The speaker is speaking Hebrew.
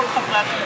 מכל חברי הכנסת.